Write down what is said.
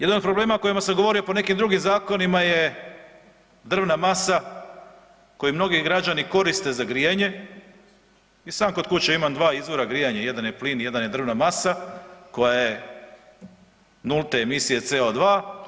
Jedan od problema o kojima sam govorio po nekim drugim zakonima je drvna masa koju mnogi građani koriste za grijanje i sam kod kuće imam dva izvora grijanja, jedan je plin, jedan je drvna masa, koja je nulte emisije CO2.